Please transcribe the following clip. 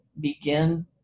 begin